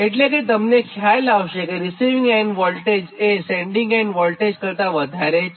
એટલે તમને ખ્યાલ આવશે કે રીસિવીંગ એન્ડ વોલ્ટેજ એ સેન્ડીંગ એન્ડ વોલ્ટેજ કરતાં વધારે છે